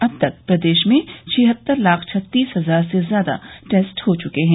अब तक प्रदेश में छिहत्तर लाख छत्तीस हजार से ज्यादा टेस्ट हो चुके हैं